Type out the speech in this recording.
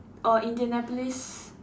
or Indianapolis